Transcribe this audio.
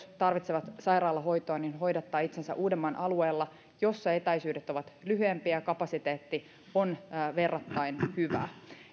tarvitsevat sairaalahoitoa hoidattaa itsensä uudenmaan alueella jossa etäisyydet ovat lyhyempiä ja kapasiteetti on verrattain hyvä